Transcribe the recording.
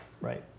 right